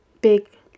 big